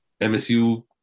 MSU